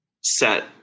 set